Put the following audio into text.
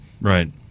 right